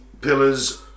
pillars